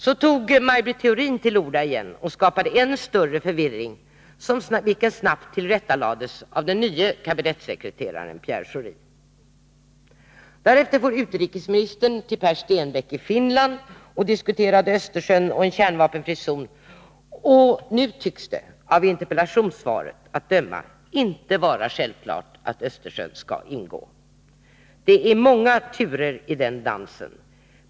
Så tog Maj Britt Theorin till orda igen och skapade än större förvirring, vilken snabbt tillrättalades av den nye kabinettssekreteraren Pierre Schori. Därefter for utrikesministern till Pär Stenbäck i Finland och diskuterade Östersjön och en kärnvapenfri zon, och nu tycks det, av interpellationssve ret att döma, inte vara självklart att Östersjön skall ingå. Det är många turer i den dansen.